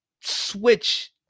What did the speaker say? switch